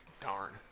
darn